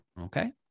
Okay